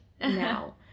now